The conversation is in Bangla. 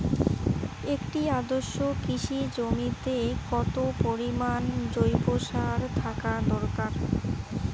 একটি আদর্শ কৃষি জমিতে কত পরিমাণ জৈব সার থাকা দরকার?